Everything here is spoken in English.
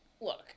look